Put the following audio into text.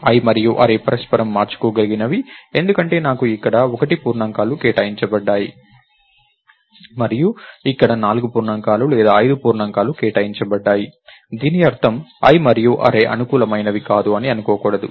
i మరియు array పరస్పరం మార్చుకోగలిగినవి ఎందుకంటే నాకు ఇక్కడ 1 పూర్ణాంకాలు కేటాయించబడ్డాయి మరియు ఇక్కడ 4 పూర్ణాంకాలు లేదా 5 పూర్ణాంకాలు కేటాయించబడ్డాయి దీని అర్థం i మరియు అర్రే అననుకూలమైనవి కాదు అని అనుకోకూడదు